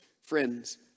friends